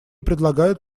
предлагают